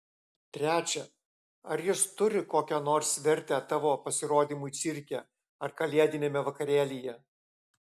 trečia ar jis turi kokią nors vertę tavo pasirodymui cirke ar kalėdiniame vakarėlyje